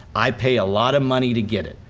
i pay a lot of money to get it.